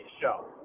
show